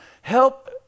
help